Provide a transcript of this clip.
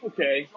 Okay